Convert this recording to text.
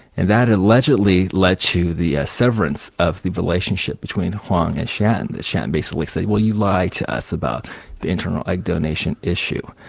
and that allegedly led to the severance of the relationship between hwang and schatten, with schatten basically saying, well you lied to us about the internal like donation issue.